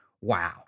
Wow